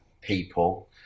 people